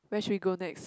where should we go next